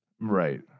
Right